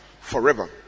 forever